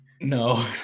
No